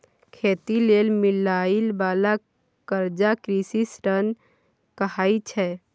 खेती लेल मिलइ बाला कर्जा कृषि ऋण कहाइ छै